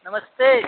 नमस्ते